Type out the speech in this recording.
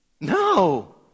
No